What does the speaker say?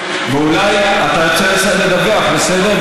אריאל, אתה יוצא לדווח, בסדר?